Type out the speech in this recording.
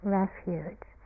refuge